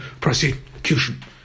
prosecution